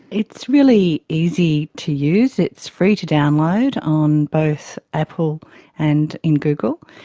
it's really easy to use, it's free to download on both apple and in google.